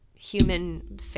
human